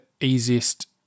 easiest